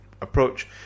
approach